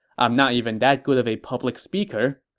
i'm not even that good of a public speaker.